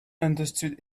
understood